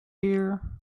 here